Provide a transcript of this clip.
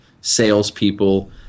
salespeople